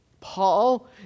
Paul